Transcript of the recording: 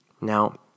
Now